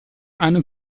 hanno